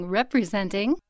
representing